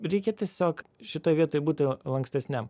reikia tiesiog šitoj vietoj būti lankstesniam